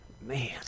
Man